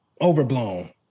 overblown